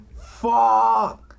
fuck